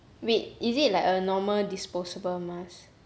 wait is it like a normal disposable mask